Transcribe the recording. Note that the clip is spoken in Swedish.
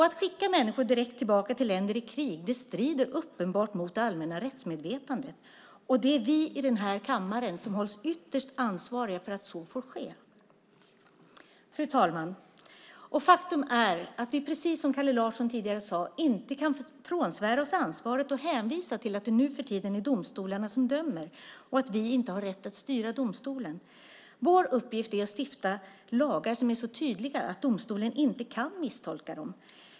Att skicka människor direkt tillbaka till länder i krig strider uppenbart mot det allmänna rättsmedvetandet, och det är vi i den här kammaren som hålls ytterst ansvariga för att så får ske. Fru talman! Faktum är, precis som Kalle Larsson tidigare sade, att vi inte kan frånsvära oss ansvaret och hänvisa till att det nuförtiden är domstolarna som dömer och att vi inte har rätt att styra domstolen. Vår uppgift är att stifta lagar som är så tydliga att domstolarna inte kan misstolka dem.